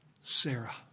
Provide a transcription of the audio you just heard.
Sarah